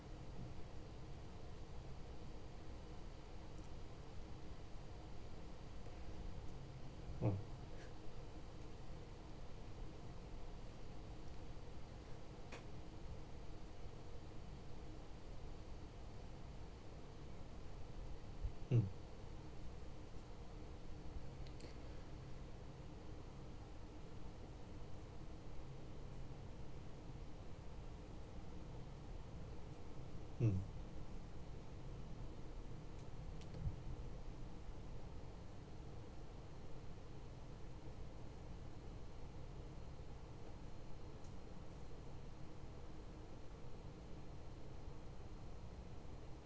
mm mm mm